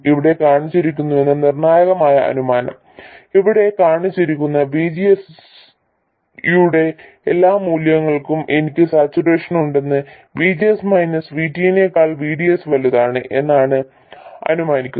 ഇവിടെ കാണിച്ചിരിക്കുന്ന നിർണായകമായ അനുമാനം ഇവിടെ കാണിച്ചിരിക്കുന്ന VGS യുടെ എല്ലാ മൂല്യങ്ങൾക്കും എനിക്ക് സാച്ചുറേഷൻ ഉണ്ടെന്ന് VGS മൈനസ് VT നേക്കാൾ VDS വലുതാണ് എന്നാണ് അനുമാനിക്കുന്നത്